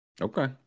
Okay